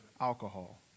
alcohol